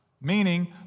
meaning